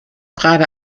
gerade